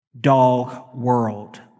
dog-world